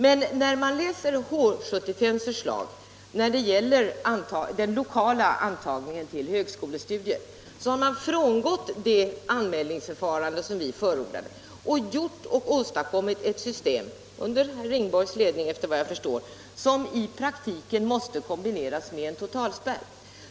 Men i H 75:s förstag när det gäller den lokala antagningen till högskolestudier har man frångått det anmälningsförfarande som vi förordade och — under herr Ringborgs ledning — åstadkommit ett system som i praktiken måste kombineras med en totalspärr.